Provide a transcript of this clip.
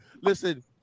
Listen